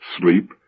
sleep